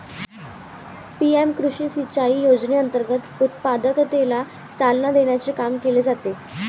PM कृषी सिंचाई योजनेअंतर्गत उत्पादकतेला चालना देण्याचे काम केले जाते